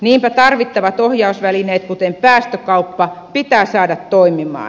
niinpä tarvittavat ohjausvälineet kuten päästökauppa pitää saada toimimaan